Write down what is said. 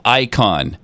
icon